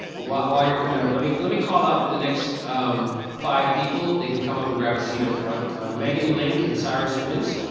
ah while while you're coming up, let me let me call up the next um five people. they can come up and grab a seat up front. megan link and cyrus wince.